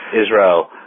Israel